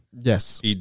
Yes